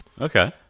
okay